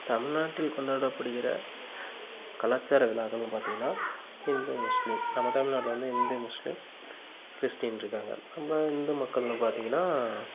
தமிழ்நாட்டில் கொண்டாடப்படுகிற கலாச்சார விழாக்கள்னு பார்த்திங்கன்னா இப்போ இந்து முஸ்லீம் நம்ம தமிழ்நாட்டில வந்து இந்து முஸ்லீம் கிறிஸ்டீன்ருக்காங்க நம்ம இந்து மக்கள்னு பார்த்திங்கன்னா